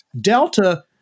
Delta